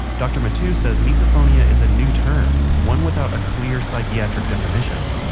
dr. mattu says misophonia is a new term, one without a clear psychiatric definition